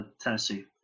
Tennessee